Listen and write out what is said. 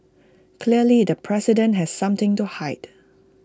clearly the president has something to hide